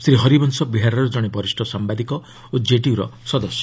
ଶ୍ରୀ ହରିବଂଶ ବିହାରର ଜଣେ ବରିଷ୍ଠ ସାମ୍ବାଦିକ ଓ କେଡିୟୁ ର ସଦସ୍ୟ